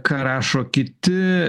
ką rašo kiti